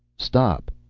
stop!